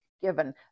given